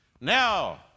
Now